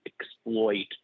exploit